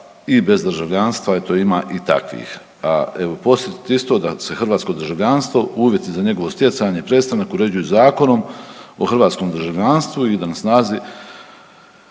i bez državljanstva, eto ima i takvih. A evo … ću isto da se hrvatsko državljanstvo, uvjeti za njegovo stjecanje i prestanak uređuje Zakonom o hrvatskom državljanstvu i da je na